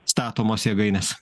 statomos jėgainės